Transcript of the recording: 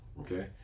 Okay